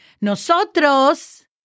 nosotros